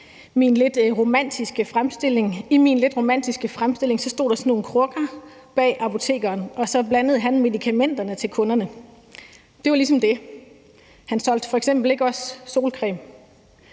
I min lidt romantiske forestilling stod der sådan nogle krukker bag apotekeren, og så blandede han medikamenterne til kunderne. Det var ligesom det. Han solgte f.eks. ikke solcreme.